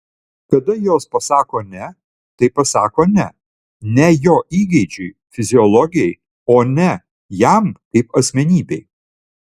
kada jos pasako ne tai pasako ne ne jo įgeidžiui fiziologijai o ne jam kaip asmenybei